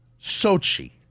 Sochi